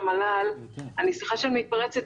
סליחה שאני מתפרצת,